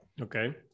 Okay